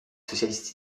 socialiste